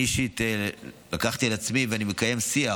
אני אישית לקחתי על עצמי, ואני מקיים שיח